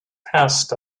passed